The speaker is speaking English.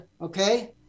okay